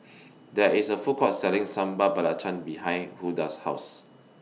There IS A Food Court Selling Sambal Belacan behind Hulda's House